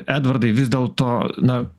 edvardai vis dėlto na